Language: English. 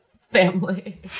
family